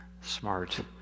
smart